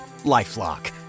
Lifelock